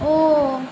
ओ